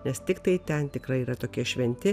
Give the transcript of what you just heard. nes tiktai ten tikrai yra tokie šventi